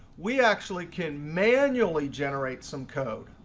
we actually can manually generate some code.